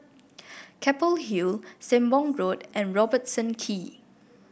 Keppel Hill Sembong Road and Robertson Quay